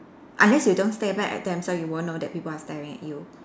unless you don't stare back at them so you won't know that people are staring at you